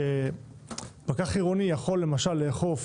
שפקח עירוני יכול לאכוף